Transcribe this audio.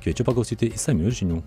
kviečiu paklausyti išsamių žinių